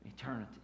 eternity